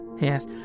Yes